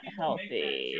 healthy